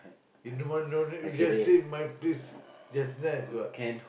if no one no need we just stay in my place just nice [what]